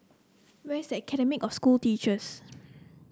where is Academy of School Teachers